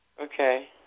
Okay